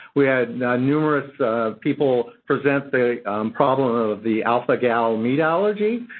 we had numerous people present the problem of the alpha-gal meat allergy.